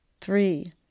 three